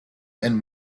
and